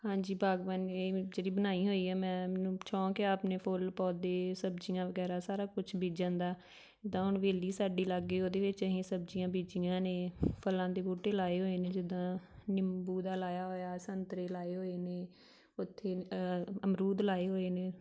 ਹਾਂਜੀ ਬਾਗਬਾਨੀ ਜਿਹੜੀ ਬਣਾਈ ਹੋਈ ਹੈ ਮੈਂ ਮੈਨੂੰ ਸ਼ੌਂਕ ਆ ਆਪਣੇ ਫੁੱਲ ਪੌਦੇ ਸਬਜ਼ੀਆਂ ਵਗੈਰਾ ਸਾਰਾ ਕੁਛ ਬੀਜਣ ਦਾ ਜਿੱਦਾਂ ਹੁਣ ਹਵੇਲੀ ਸਾਡੀ ਲਾਗੇ ਉਹਦੇ ਵਿੱਚ ਅਸੀਂ ਸਬਜ਼ੀਆਂ ਬੀਜੀਆਂ ਨੇ ਫ਼ਲਾਂ ਦੇ ਬੂਟੇ ਲਾਏ ਹੋਏ ਨੇ ਜਿੱਦਾਂ ਨਿੰਬੂ ਦਾ ਲਾਇਆ ਹੋਇਆ ਸੰਤਰੇ ਲਾਏ ਹੋਏ ਨੇ ਉੱਥੇ ਅਮਰੂਦ ਲਾਏ ਹੋਏ ਨੇ